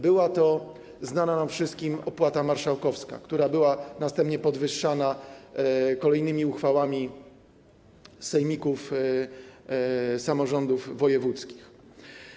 Była to znana nam wszystkim opłata marszałkowska, którą następnie podwyższano kolejnymi uchwałami sejmików samorządów wojewódzkich.